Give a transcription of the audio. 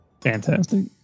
fantastic